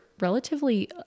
relatively